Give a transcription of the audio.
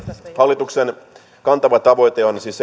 hallituksen kantava tavoite on on siis